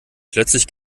plötzlich